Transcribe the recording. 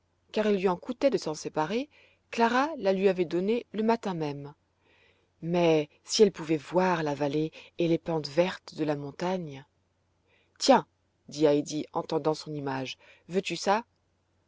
car il lui en coûtait de s'en séparer clara la lui avait donnée le matin même mais si elle pouvait voir la vallée et les pentes vertes de la montagne tiens dit heidi en tendant son image veux-tu ça